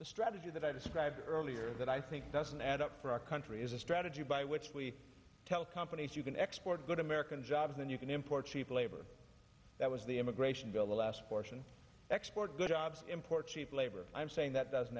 the strategy that i described earlier that i think doesn't add up for our country is a strategy by which we tell companies you can export good american jobs and you can import cheap labor that was the immigration bill the last portion exports good jobs import cheap labor i'm saying that doesn't